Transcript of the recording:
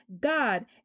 God